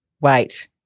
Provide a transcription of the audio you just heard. Wait